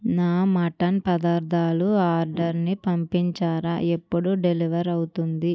నా మటన్ పదార్థాలు ఆర్డర్ని పంపించారా ఎప్పుడు డెలివర్ అవుతుంది